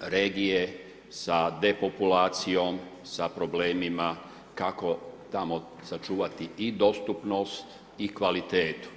regije sa depopulacijom sa problemima kako tamo sačuvati i dostupnost i kvalitetu.